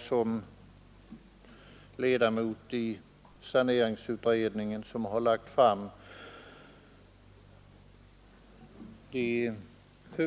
Som ledamot i saneringsutredningen, vilken har lagt grunden för propositionen, noterar jag att jag